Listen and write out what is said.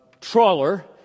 trawler